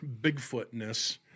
Bigfootness